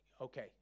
Okay